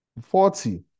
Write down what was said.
Forty